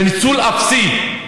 זה ניצול אפסי.